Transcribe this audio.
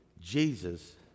Jesus